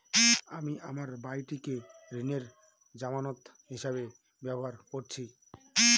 আমি আমার বাড়িটিকে ঋণের জামানত হিসাবে ব্যবহার করেছি